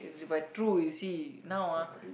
by truth you see now ah